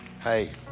Hey